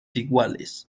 iguales